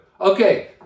Okay